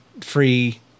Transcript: free